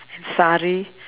sari